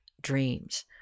Dreams